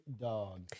dog